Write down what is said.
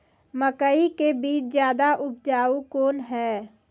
मकई के बीज ज्यादा उपजाऊ कौन है?